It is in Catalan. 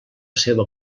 seva